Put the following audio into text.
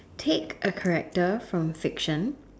take a character from fiction